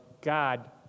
God